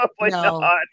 No